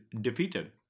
defeated